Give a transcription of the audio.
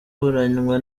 ujyanye